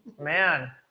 Man